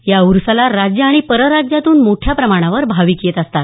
या उरूसाला राज्य आणि परराज्यातून मोठ्या प्रमाणावर भाविक येत असतात